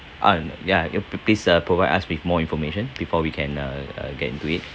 ah n~ ya uh pl~ please uh provide us with more information before we can uh uh get into it